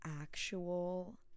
actual